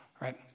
right